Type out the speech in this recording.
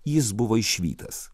jis buvo išvytas